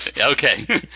Okay